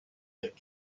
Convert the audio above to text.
that